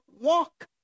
walk